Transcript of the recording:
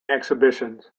exhibitions